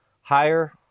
higher